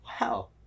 wow